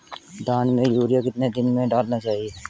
धान में यूरिया कितने दिन में डालना चाहिए?